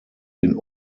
den